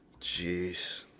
Jeez